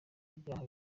byaha